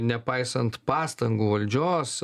nepaisant pastangų valdžios